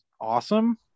awesome